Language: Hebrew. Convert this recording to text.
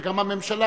וגם הממשלה,